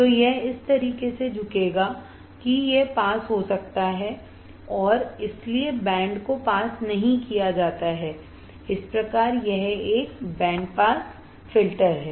तो यह इस तरह से झुकेगा कि पास हो सकता है और इसीलिए बैंड को पास नहीं किया जाता है इस प्रकार यह एक बैंड पास फिल्टर है